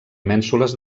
mènsules